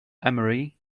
emery